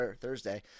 Thursday